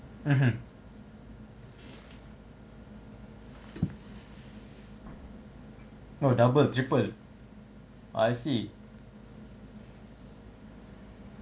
mmhmm no double triple I see